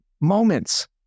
moments